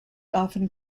often